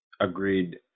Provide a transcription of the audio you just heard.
agreed